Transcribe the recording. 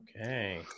Okay